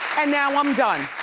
and now i'm done.